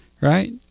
right